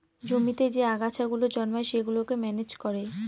জমিতে যে আগাছা গুলো জন্মায় সেগুলোকে ম্যানেজ করে